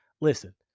Listen